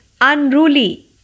unruly